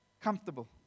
comfortable